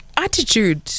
attitude